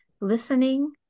listening